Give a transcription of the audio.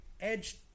Edge